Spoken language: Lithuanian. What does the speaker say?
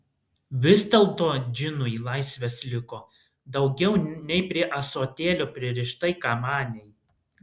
vis dėlto džinui laisvės liko daugiau nei prie ąsotėlio pririštai kamanei